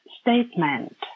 statement